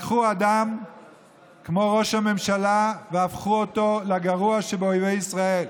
לקחו אדם כמו ראש הממשלה והפכו אותו לגרוע שבאויבי ישראל.